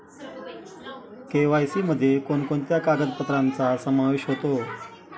KYC मध्ये कोणकोणत्या कागदपत्रांचा समावेश होतो?